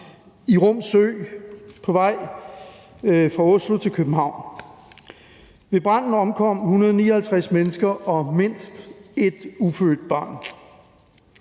i rum sø på vej fra Oslo til København. Ved branden omkom 159 mennesker og mindst et ufødt barn.